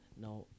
Now